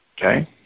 Okay